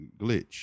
glitch